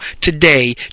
today